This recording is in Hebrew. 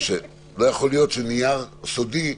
לא יכול להיות שנייר סודי יצא,